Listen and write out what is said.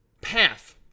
path